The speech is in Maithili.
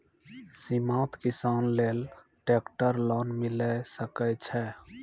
सीमांत किसान लेल ट्रेक्टर लोन मिलै सकय छै?